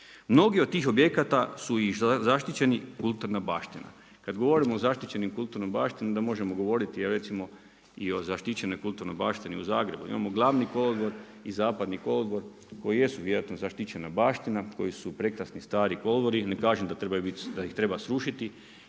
Mnogi od tih objekata su i zaštićeni kulturna baština. Kad govorimo o zaštićenoj kulturnoj baštini onda možemo govoriti recimo i o zaštićenoj kulturnoj baštini u Zagrebu. Imamo glavni kolodvor i zapadni kolodvor koji jesu vjerojatno zaštićena baština, koji su prekrasni stari kolodvori. Ne kažem da trebaju bit,